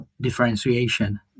differentiation